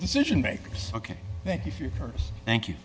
decision makers ok thank you for your purse thank you